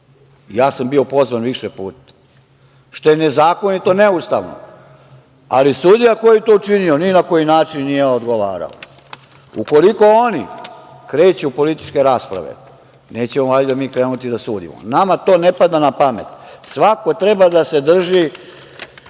Ja sam bio pozvan više puta, što je nezakonito, neustavno, ali sudija koji je to učinio ni na koji način nije odgovarao. Ukoliko oni kreću političke rasprave, nećemo valjda mi krenuti da sudimo. Nama to ne pada na pamet. Svako treba da se drži